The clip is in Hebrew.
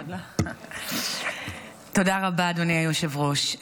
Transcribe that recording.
תודה רבה, אדוני היושב-ראש.